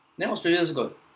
then australia also got